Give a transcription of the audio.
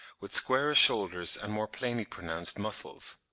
with squarer shoulders and more plainly-pronounced muscles.